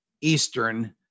Eastern